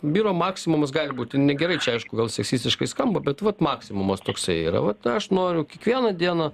vyro maksimumas gali būti negerai čia aišku gal seksistiškai skamba bet vat maksimumas toksai yra vat aš noriu kiekvieną dieną